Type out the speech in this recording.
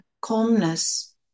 calmness